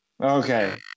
Okay